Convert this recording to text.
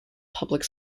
public